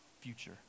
future